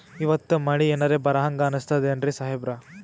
ಇವತ್ತ ಮಳಿ ಎನರೆ ಬರಹಂಗ ಅನಿಸ್ತದೆನ್ರಿ ಸಾಹೇಬರ?